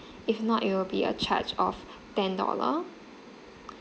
if not it will be a charge of ten dollar